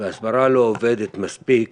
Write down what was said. והסברה לא עובדת מספיק,